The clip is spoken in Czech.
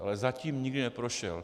Ale zatím nikdy neprošel.